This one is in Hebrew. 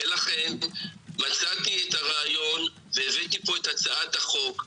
לכן הבאתי את הצעת החוק,